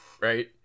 right